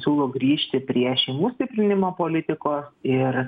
siūlo grįžti prie šeimų stiprinimo politikos ir